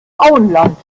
auenland